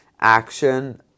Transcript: Action